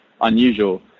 unusual